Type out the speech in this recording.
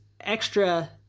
extra